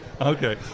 Okay